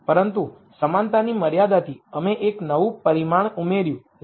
પરંતુ સમાનતાની મર્યાદાથી અમે એક નવું પરિમાણ ઉમેર્યું λ